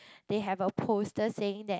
they have a poster saying that